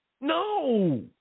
No